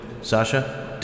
Sasha